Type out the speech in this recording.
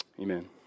Amen